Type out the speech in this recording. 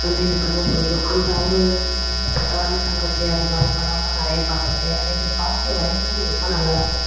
அண்ணே எனக்கு ரொம்ப பிடிக்கும் அந்த அவரு சம்பந்தப்பட்ட அண்ணன் தங்கச்சி அந்த மாதிரி படம்லாம் நிறையா பார்த்துருக்கேன் அது இது பாட்டு வரிகளும் ரொம்ப நல்லாயிருக்கும்